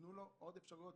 תנו לו עוד אפשרויות,